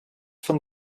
von